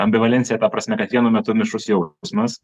ambivalencija ta prasme kad vienu metu mišrus jau smas